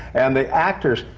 and the actors!